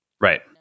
Right